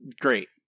great